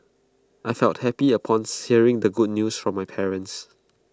I felt happy upon hearing the good news from my parents